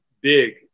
big